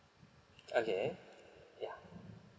okay yeah